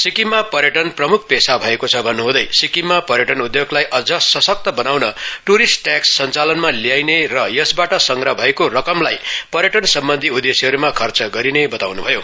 सिक्किममा पर्यटन प्रमुख पेशा भएको छ भन्नु हुँदै सिक्किममा पर्यटन उद्योगलाई अझ शसक्त बनाउन टुरिस्ट टेक्स सञ्चालनमा ल्याइने र यसबाट संग्रह भएको रकमलाई पर्यटन सम्बन्धी उद्देश्यहरूमा खर्च गरिने बताउनु भयो